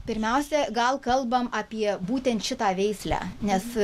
pirmiausia gal kalbam apie būtent šitą veislę nes